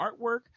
artwork –